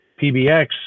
PBX